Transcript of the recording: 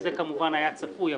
שזה כמובן היה צפוי.